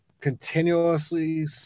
continuously